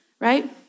right